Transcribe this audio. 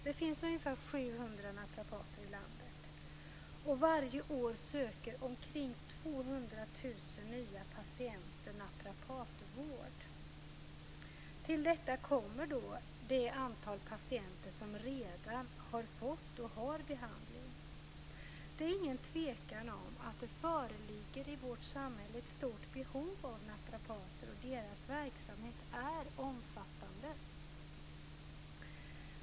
Det finns ungefär 700 naprapater i landet, och varje år söker omkring 200 000 nya patienter naprapatvård. Till detta kommer det antal patienter som redan har fått, och har, behandling. Det är ingen tvekan om att det i vårt samhälle föreligger ett stort behov av naprapater. Naprapaternas verksamhet är omfattande.